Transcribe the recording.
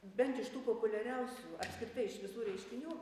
bent iš tų populiariausių apskritai iš visų reiškinių